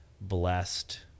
blessed